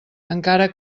encara